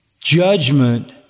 judgment